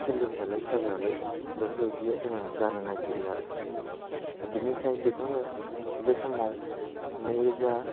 एसे लोमजानाय साजालाय बेफोरबायदिया जोंहा जानो नागिरो आरो दा बेनिखाय बेखौनो बे समाव नैरोजा